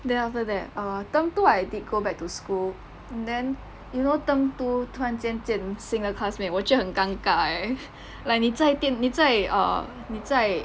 then after that err term two I did go back to school and then you know term two 突然间见新的 classmate 我觉得很尴尬 eh like 你在电你在 err 你在